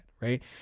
right